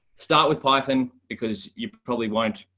start with python, because you probably won't,